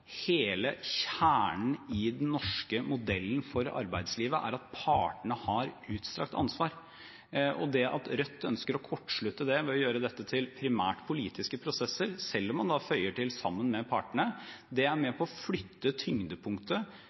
hele kjernen i den norske modellen for arbeidslivet er at partene har utstrakt ansvar. Det at Rødt ønsker å kortslutte det ved å gjøre dette til primært politiske prosesser, selv om man føyer til «i samarbeid med partene», er med på å flytte tyngdepunktet